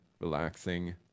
relaxing